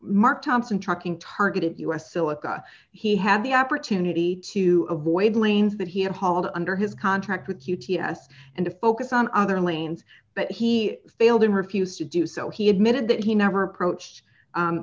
mark thompson talking targeted u s silica he had the opportunity to avoid lanes that he had hauled under his contract with q t s and to focus on other lanes but he failed and refused to do so he admitted that he never approached